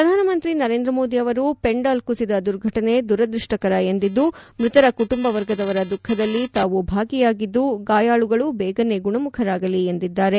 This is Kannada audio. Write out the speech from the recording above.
ಪ್ರಧಾನಮಂತ್ರಿ ನರೇಂದ್ರ ಮೋದಿ ಅವರು ಪೆಂಡಾಲ್ ಕುಸಿದ ದುರ್ಘಟನೆ ದುರದ್ಬಷ್ಲಕರ ಎಂದಿದ್ದು ಮೃತರ ಕುಟುಂಬ ವರ್ಗದವರ ದುಃಖದಲ್ಲಿ ತಾವು ಭಾಗಿಯಾಗಿದ್ದು ಗಾಯಾಳುಗಳು ಬೇಗನೇ ಗುಣಮುಖರಾಗಲಿ ಎಂದಿದ್ದಾರೆ